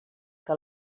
que